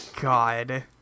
God